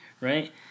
right